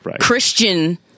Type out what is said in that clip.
Christian